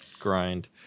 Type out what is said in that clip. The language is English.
grind